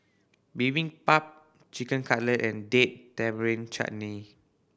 Bibimbap Chicken Cutlet and Date Tamarind Chutney